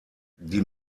die